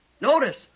Notice